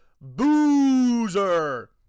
Boozer